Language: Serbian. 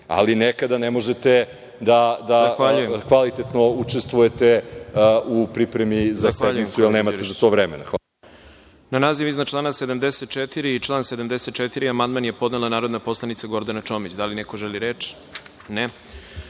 ali nekada ne možete da kvalitetno učestvujete u pripremi za sednicu, jer nemate za to vremena. **Đorđe Milićević** Na naziv iznad člana 74. i član 74. amandman je podnela narodni poslanik Gordana Čomić. Da li neko želi reč?